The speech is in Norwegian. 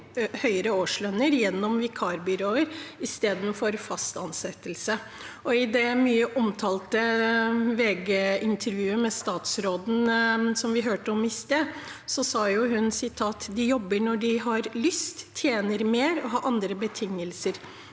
høyere årslønn gjennom vikarbyråer enn gjennom fast ansettelse. I det mye omtalte VG-intervjuet med statsråden, som vi hørte om i sted, sa hun: «De jobber når de har lyst, tjener mer og har andre betingelser.